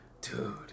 dude